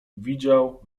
widział